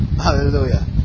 Hallelujah